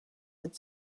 had